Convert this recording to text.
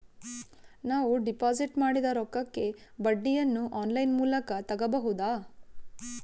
ನಾವು ಡಿಪಾಜಿಟ್ ಮಾಡಿದ ರೊಕ್ಕಕ್ಕೆ ಬಡ್ಡಿಯನ್ನ ಆನ್ ಲೈನ್ ಮೂಲಕ ತಗಬಹುದಾ?